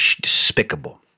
despicable